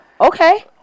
Okay